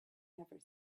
never